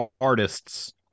artists